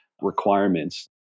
requirements